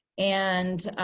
and